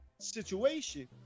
situation